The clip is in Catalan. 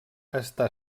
està